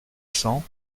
cents